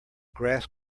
grass